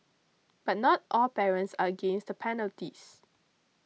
but not all parents are against the penalties